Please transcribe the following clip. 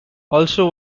also